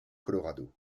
colorado